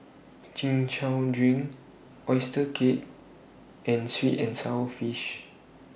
Chin Chow Drink Oyster Cake and Sweet and Sour Fish